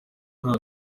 nta